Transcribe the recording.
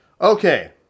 Okay